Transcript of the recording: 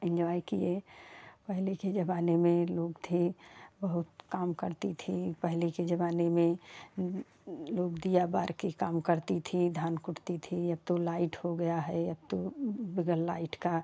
enjoy किए पहले के जमाने में लोग थे बहुत काम करती थीं पहले के ज़माने में लोग दिन भर के काम करती थीं धान कुटती थी अब तो लाइट हो गया अब तो बगैर लाइट का